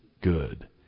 good